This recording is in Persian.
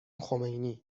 خمینی